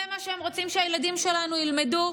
זה מה שהם רוצים שהילדים שלנו ילמדו?